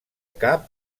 cap